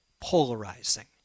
polarizing